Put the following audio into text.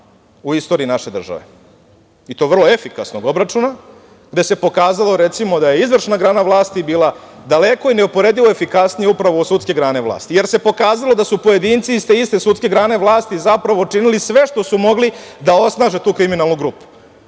u istoriji naše države. I to vrlo efikasnog obračuna gde se pokazalo, recimo da je izvršna grana vlasti bila daleko i neuporedivo efikasnija upravo od sudske grane vlasti, jer se pokazalo da su pojedinci iz te iste sudske grane vlasti, zapravo činili sve što su mogli da osnaže tu kriminalnu grupu,